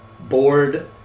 board